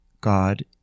God